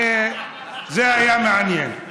זה היה מעניין.